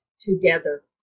together